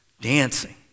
dancing